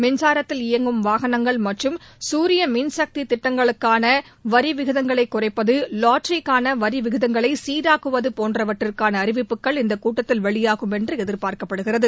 மின்சாரத்தில் இயங்கும் வாகனங்கள் மற்றும் சூரிய மின் சக்தி திட்டங்களுக்கான வரி விகிதங்களை குறைப்பது லாட்டரிக்கான வரி விகிதங்களை சீராக்குவது போன்றவற்றிற்கான அறிவிப்புகள் இந்த கூட்டத்தில் வெளியாகும் என்று எதிர்பார்க்கப்படுகிறது